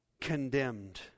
condemned